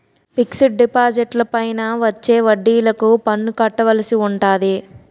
fixed డిపాజిట్లపైన వచ్చే వడ్డిలకు పన్ను కట్టవలసి ఉంటాది